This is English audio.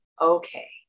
okay